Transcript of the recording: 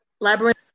Labyrinth